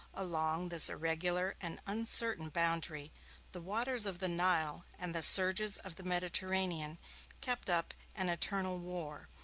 along this irregular and uncertain boundary the waters of the nile and the surges of the mediterranean kept up an eternal war,